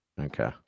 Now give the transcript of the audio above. Okay